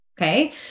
Okay